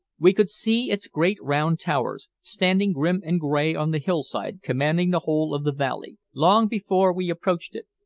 we could see its great round towers, standing grim and gray on the hillside commanding the whole of the valley, long before we approached it,